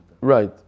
right